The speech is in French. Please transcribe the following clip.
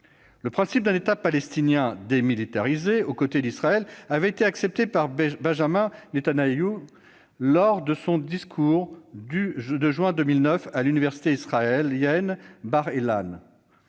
Le principe d'un État palestinien démilitarisé aux côtés d'Israël avait été accepté par Benyamin Netanyahou lors de son discours de juin 2009 à l'université israélienne Bar-Ilan.